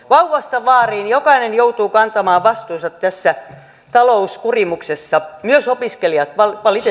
vauvasta vaariin jokainen joutuu kantamaan vastuunsa tässä talouskurimuksessa myös opiskelijat valitettavasti